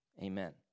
amen